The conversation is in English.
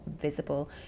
visible